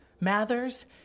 Mathers